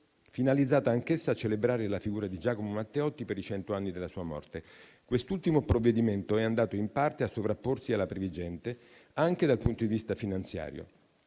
finalizzata anch'essa a celebrare la figura di Giacomo Matteotti per i cento anni dalla sua morte. Quest'ultimo provvedimento è andato in parte a sovrapporsi al previgente, anche dal punto di vista finanziario.